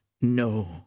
No